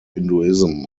hinduism